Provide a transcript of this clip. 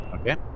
Okay